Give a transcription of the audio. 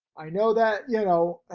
i know that, you know,